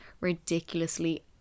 ridiculously